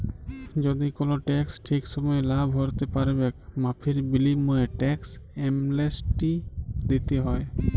যদি কল টেকস ঠিক সময়ে লা ভ্যরতে প্যারবেক মাফীর বিলীময়ে টেকস এমলেসটি দ্যিতে হ্যয়